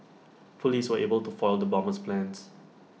Police were able to foil the bomber's plans